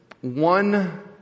one